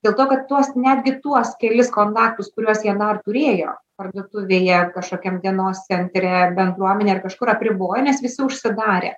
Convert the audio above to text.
dėl to kad tuos netgi tuos kelis kontaktus kuriuos jie dar turėjo parduotuvėje kažkokiam dienos centre bendruomenėj ar kažkur apribojo nes visi užsidarė